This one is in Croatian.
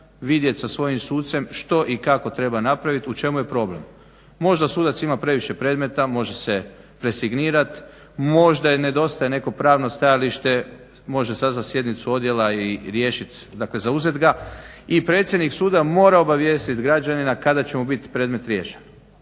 vidjeti sa svojim sucem što i kako treba napraviti, u čemu je problem. Možda sudac ima previše predmeta, može se resignirati, možda nedostaje neko pravno stajalište, može sazvati sjednicu odjela i riješiti, dakle zauzeti ga, i predsjednik suda mora obavijestiti građanina kada će mu biti predmet riješen.